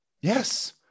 Yes